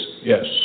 yes